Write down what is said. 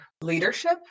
leadership